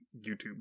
YouTube